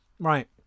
Right